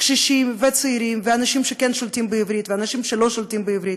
קשישים וצעירים ואנשים ששולטים בעברית ואנשים שלא שולטים בעברית,